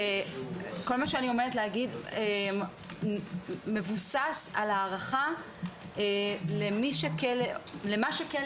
שכל מה שאני עומדת להגיד מבוסס על הערכה למה שכלא